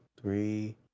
three